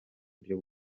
buryo